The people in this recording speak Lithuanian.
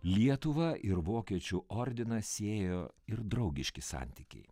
lietuvą ir vokiečių ordiną siejo ir draugiški santykiai